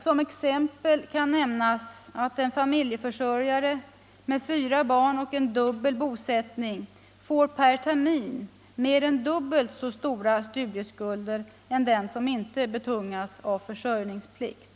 Som exempel kan nämnas att en familjeförsörjare med fyra barn och dubbel bosättning får per termin mer än dubbelt så stora studieskulder som den som inte betungas av försörjningsplikt.